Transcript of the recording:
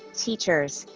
teachers,